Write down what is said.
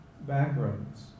backgrounds